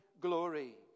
glory